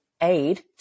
aid